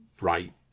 right